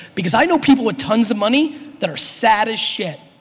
because i know people with tons of money that are sad as shit.